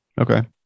Okay